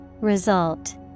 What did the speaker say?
Result